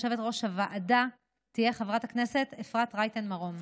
יושבת-ראש הוועדה תהיה חברת הכנסת אפרת רייטן מרום.